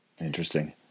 Interesting